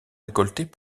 récoltés